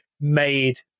made